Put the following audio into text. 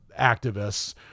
activists